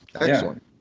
Excellent